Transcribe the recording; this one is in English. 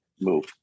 move